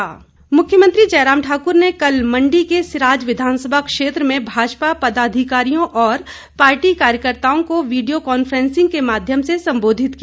मुख्यमंत्री मुख्यमंत्री जयराम ठाक़्र ने कल मंडी के सिराज विधानसभा क्षेत्र में भाजपा पदाधिकारियों और पार्टी कार्यकर्ताओं को वीडियो कांफ्रेंसिंग के माध्यम से संबोंधित किया